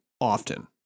often